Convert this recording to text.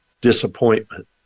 disappointment